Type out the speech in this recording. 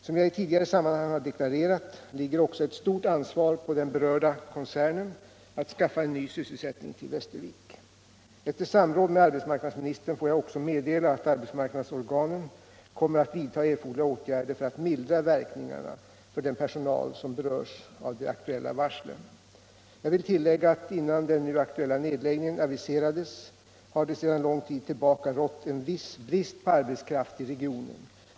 Som jag i tidigare sammanhang har deklarerat, ligger även ett stort ansvar på den berörda koncernen att skaffa ny sysselsättning till Västervik. Efter samråd med arbetsmarknadsministern får jag också meddela att arbetsmarknadsorganen kommer att vidta erforderliga åtgärder för att mildra verkningarna för den personal som berörs av de aktuella varslen. Jag vill tillägga att innan den nu aktuella nedläggningen aviserades har det sedan lång tid tillbaka rått en viss brist på arbetskraft i regionen.